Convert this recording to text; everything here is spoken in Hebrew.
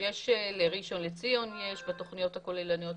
לראשון לציון יש בתוכניות הכוללניות.